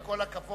עם כל הכבוד,